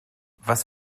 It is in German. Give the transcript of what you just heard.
was